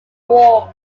warm